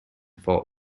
fault